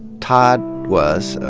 todd was,